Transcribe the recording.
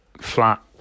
flat